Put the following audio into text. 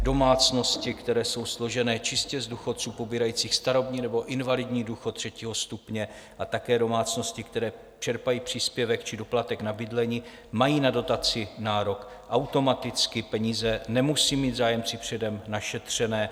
Domácnosti, které jsou složené čistě z důchodců pobírajících starobní nebo invalidní důchod třetího stupně a také domácnosti, které čerpají příspěvek či doplatek na bydlení, mají na dotaci nárok automaticky, peníze nemusí být zájemci předem našetřené.